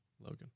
Logan